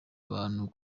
abantu